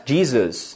Jesus